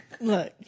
Look